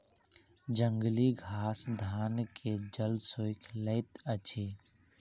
जंगली घास धान के जल सोइख लैत अछि